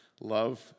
Love